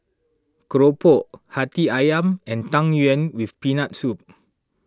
Keropok Hati Ayam and Tang Yuen with Peanut Soup